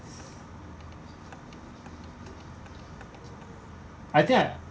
I think I